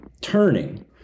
turning